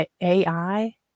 AI